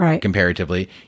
comparatively